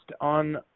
on